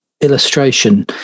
illustration